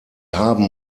haben